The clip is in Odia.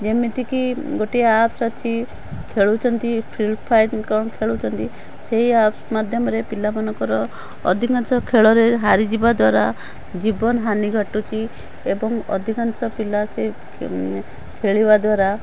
ଯେମିତିକି ଗୋଟିଏ ଆପ୍ସ ଅଛି ଖେଳୁଛନ୍ତି ଫ୍ରୀ ଫାୟାର୍ କ'ଣ ଖେଳୁଛନ୍ତି ସେଇ ଆପ୍ସ ମାଧ୍ୟମରେ ପିଲାମାନଙ୍କର ଅଧିକାଂଶ ଖେଳରେ ହାରିଯିବା ଦ୍ୱାରା ଜୀବନ ହାନି ଘଟୁଛି ଏବଂ ଅଧିକାଂଶ ପିଲା ସେଇ ମାନେ ଖେଳିବା ଦ୍ୱାରା